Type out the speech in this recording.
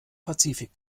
pazifik